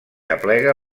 aplega